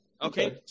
Okay